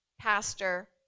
pastor